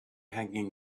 hanging